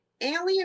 alien